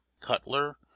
cutler